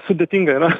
sudėtinga yra